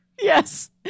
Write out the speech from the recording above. Yes